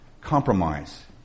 Compromise